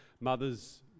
mother's